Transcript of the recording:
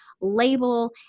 label